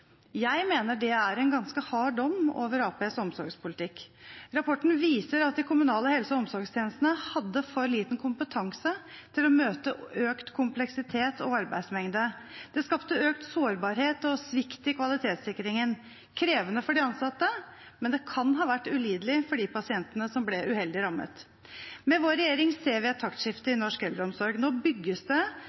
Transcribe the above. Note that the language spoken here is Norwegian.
Jeg mener det er en ganske hard dom over Arbeiderpartiets omsorgspolitikk. Rapporten viser at de kommunale helse- og omsorgstjenestene hadde for liten kompetanse til å møte økt kompleksitet og arbeidsmengde. Det skapte økt sårbarhet og svikt i kvalitetssikringen. Dette har vært krevende for de ansatte, men det kan ha vært ulidelig for de pasientene som ble uheldig rammet. Med vår regjering ser vi et taktskifte i norsk eldreomsorg. Nå bygges det